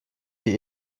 die